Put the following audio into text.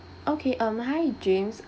okay um hi james